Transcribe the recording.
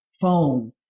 phone